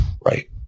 Right